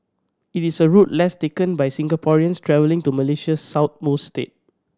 it is a route less taken by Singaporeans travelling to Malaysia's southernmost state